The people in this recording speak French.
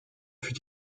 fut